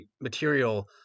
material